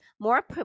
more